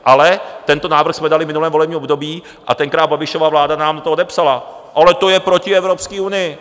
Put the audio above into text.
Ale tento návrh jsme dali v minulém volebním období a tenkrát Babišova vláda nám na to odepsala: Ale to je proti Evropské unii.